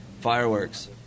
Fireworks